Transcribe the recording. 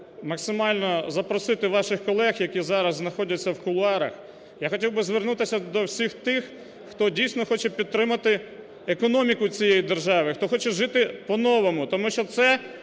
максимально запросити ваших колег, які зараз знаходяться в кулуарах. Я хотів би звернутися до всіх тих, хто дійсно хоче підтримати економіку цієї держави, хто хоче жити по-новому. Тому що це